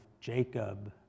Jacob